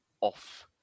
off